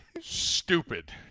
stupid